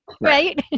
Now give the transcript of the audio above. right